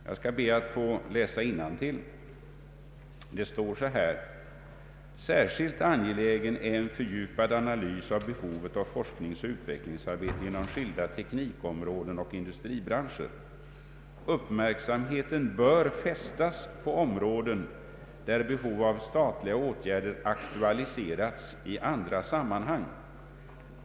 Jag skall be att få läsa innantill — det står så här: ”Särskilt angelägen är en fördjupad analys av behovet av forskningsoch utvecklingsarbete inom skilda teknikområden och industribranscher. Uppmärksamheten bör fästas på områden, där behov av statliga åtgärder aktualiserats i andra sammanhang.